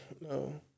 no